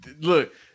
Look